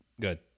Good